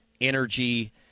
energy